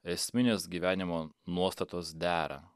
esminės gyvenimo nuostatos dera